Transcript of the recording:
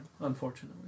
unfortunately